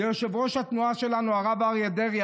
זה יושב-ראש התנועה שלנו הרב אריה דרעי.